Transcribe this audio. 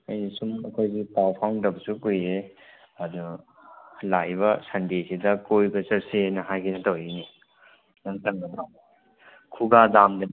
ꯑꯩꯁꯦ ꯁꯨꯝ ꯑꯩꯈꯣꯏꯁꯤ ꯄꯥꯎ ꯐꯥꯎꯅꯗꯕꯁꯨ ꯀꯨꯏꯔꯦ ꯑꯗꯨ ꯂꯥꯛꯏꯕ ꯁꯟꯗꯦꯁꯤꯗ ꯀꯣꯏꯕ ꯆꯠꯁꯦꯅ ꯍꯥꯏꯒꯦꯅ ꯇꯧꯔꯛꯏꯅꯤ ꯅꯪ ꯁꯪꯒꯗ꯭ꯔꯣ ꯈꯨꯒꯥ ꯗꯥꯝꯗꯅꯤ